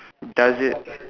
does it